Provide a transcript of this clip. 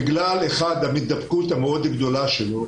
בגלל ההידבקות המאוד גדולה שלו,